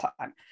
time